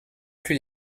plus